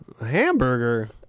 Hamburger